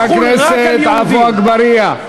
חבר הכנסת עפו אגבאריה.